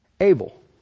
able